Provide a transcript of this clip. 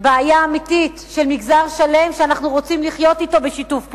בעיה אמיתית של מגזר שלם שאנחנו רוצים לחיות אתו בשיתוף פעולה.